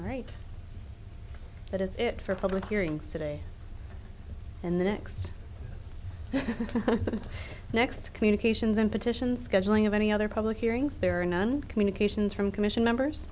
right that is it for public hearings today and the next next communications in petitions scheduling of any other public hearings there are none communications from commission members